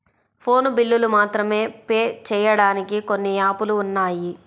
phone బిల్లులు మాత్రమే pay చెయ్యడానికి కొన్ని యాపులు ఉన్నాయి